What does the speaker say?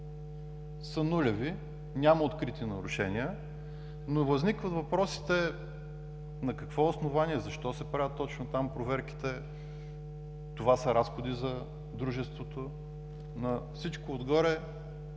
са нулеви, няма открити нарушения, но възникват въпросите: на какво основание, защо се правят точно там проверките? Това са разходи за дружеството. Имайте